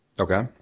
Okay